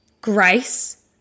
grace